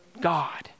God